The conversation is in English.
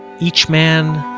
each man,